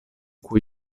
cui